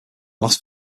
las